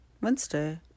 wednesday